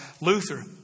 Luther